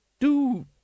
Do